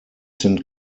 sind